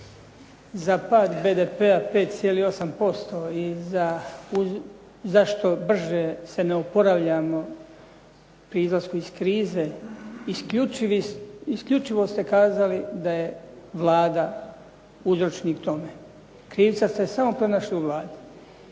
za pad BDP-a 5,8% i zašto brže se ne oporavljamo pri izlasku iz krize isključivo ste kazali da je Vlada uzročnik tome. Krivca ste samo pronašli u Vladi.